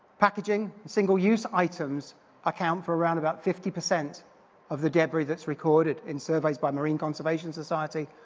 packaging, single use items account for around about fifty percent of the debris that's recorded in surveys by marine conservation society,